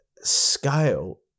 scale